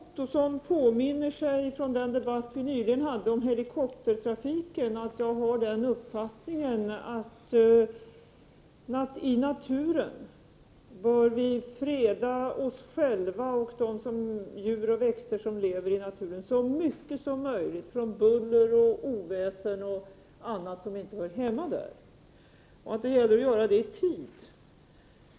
Herr talman! Jag tror att Roy Ottosson kan påminna sig från den debatt som vi hade nyligen om helikoptertrafiken att jag har den uppfattningen att vi i naturen bör freda oss själva och de djur och växter som finns där så mycket som möjligt från buller, oväsen och annat som inte hör hemma där. Det gäller också att göra det i tid.